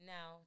Now